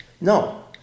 No